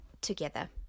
together